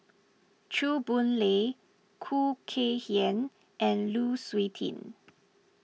Chew Boon Lay Khoo Kay Hian and Lu Suitin